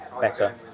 better